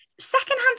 Secondhand